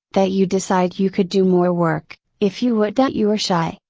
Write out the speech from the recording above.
that you decide you could do more work, if you would that you are shy,